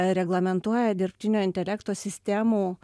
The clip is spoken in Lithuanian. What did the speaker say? reglamentuoja dirbtinio intelekto sistemų